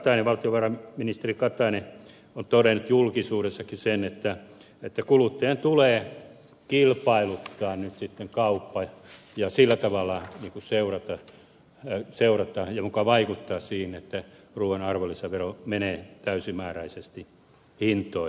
no puheenjohtaja valtiovarainministeri katainen on todennut julkisuudessakin sen että kuluttajan tulee kilpailuttaa nyt sitten kauppa ja sillä tavalla seurata ja muka vaikuttaa siihen että ruuan arvonlisävero menee täysimääräisesti hintoihin